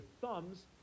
thumbs